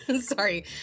Sorry